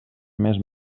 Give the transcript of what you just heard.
més